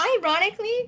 Ironically